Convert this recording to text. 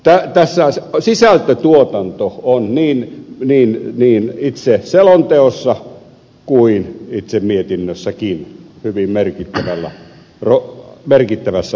tässä sisältötuotanto on niin itse selonteossa kuin itse mietinnössäkin hyvin merkittävässä asemassa